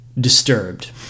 Disturbed